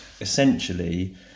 Essentially